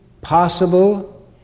possible